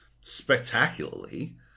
spectacularly